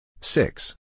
Six